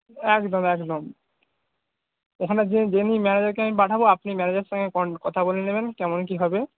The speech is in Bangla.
একদম একদম ওখানে যেমনি ম্যানেজার কে আমি পাঠাব আপনি ম্যানেজারের সাথে কন কথা বলে নেবেন